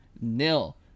nil